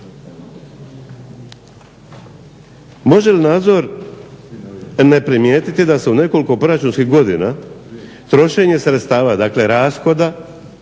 Može li nadzor ne primijetiti da se u nekoliko proračunskih godina trošenje sredstava dakle rashoda,